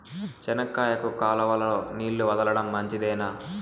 చెనక్కాయకు కాలువలో నీళ్లు వదలడం మంచిదేనా?